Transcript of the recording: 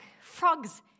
frogs